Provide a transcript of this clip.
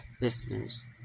listeners